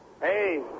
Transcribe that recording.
Hey